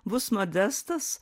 bus modestas